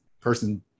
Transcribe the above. person